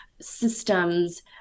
systems